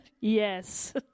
Yes